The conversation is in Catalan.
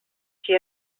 qui